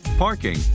parking